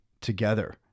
together